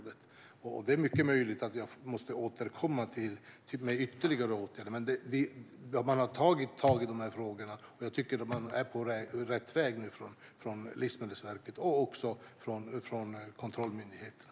Det är mycket möjligt att jag måste återkomma med ytterligare åtgärder. Livsmedelsverket har tagit tag i frågorna, och jag tycker att man är på rätt väg. Det gäller också kontrollmyndigheterna.